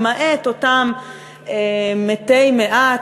למעט אותם מתי מעט,